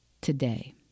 today